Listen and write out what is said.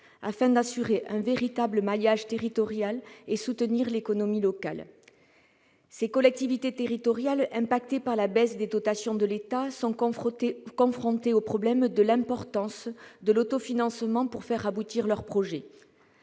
afin d'assurer un véritable maillage territorial et de soutenir l'économie locale. Ces collectivités territoriales, touchées par la baisse des dotations de l'État, sont confrontées au problème de l'importance de l'autofinancement pour faire aboutir leurs projets.